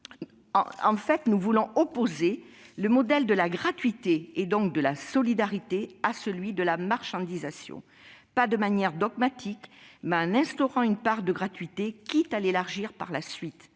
le fond, nous voulons opposer le modèle de la gratuité et, donc, de la solidarité à celui de la marchandisation, non pas de manière dogmatique, mais en instaurant une part de gratuité, quitte à l'élargir par la suite.